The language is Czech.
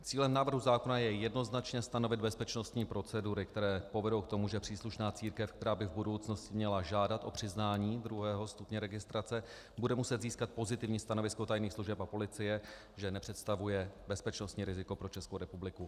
Cílem návrhu zákona je jednoznačně stanovit bezpečnostní procedury, které povedou k tomu, že příslušná církev, která by v budoucnu měla žádat o přiznání druhého stupně registrace, bude muset získat pozitivní stanovisko tajných služeb a policie, že nepředstavuje bezpečnostní riziko pro Českou republiku.